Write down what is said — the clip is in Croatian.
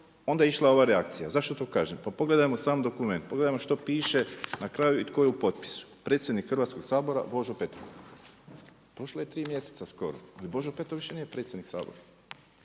onda je išla ova reakcija. Zašto to kažem? Po pogledajmo sam dokument, pogledajmo što piše na kraju i tko je u potpisu, predsjednik Hrvatskoga sabora Božo Petrov. Prošlo je 3 mjeseca skoro ali Božo Petrov više nije predsjednik Sabora.